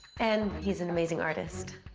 and he's an amazing artist.